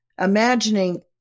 imagining